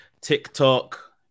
TikTok